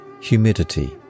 Humidity